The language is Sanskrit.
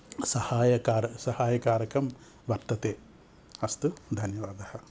सहायकार सहायकारकं वर्तते अस्तु धन्यवादः